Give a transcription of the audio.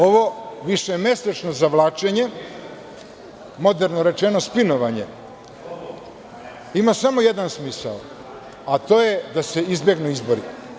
Ovo višemesečno zavlačenje, moderno rečeno spinovanje, ima samo jedan smisao, a to je da se izbegnu izbori.